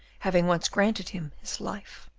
having once granted him his life.